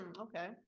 Okay